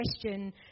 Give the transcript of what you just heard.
question